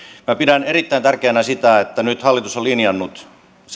minä pidän erittäin tärkeänä sitä että nyt hallitus on linjannut